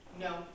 No